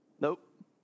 Nope